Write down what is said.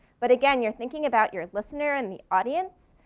but again, you're thinking about your listener and the audience.